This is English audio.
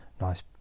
nice